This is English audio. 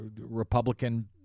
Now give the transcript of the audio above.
Republican